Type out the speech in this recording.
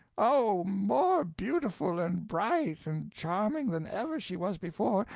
oh, more beautiful and bright and charming than ever she was before,